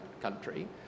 country